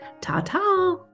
ta-ta